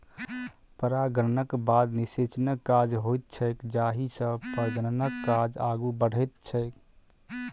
परागणक बाद निषेचनक काज होइत छैक जाहिसँ प्रजननक काज आगू बढ़ैत छै